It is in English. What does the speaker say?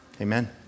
amen